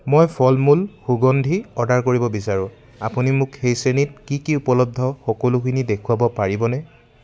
মই ফলমূল সুগন্ধি অৰ্ডাৰ কৰিব বিচাৰোঁ আপুনি মোক সেই শ্ৰেণীত কি কি উপলব্ধ সকলোখিনি দেখুৱাব পাৰিবনে